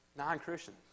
non-Christian